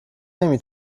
نمی